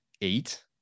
eight